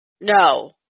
no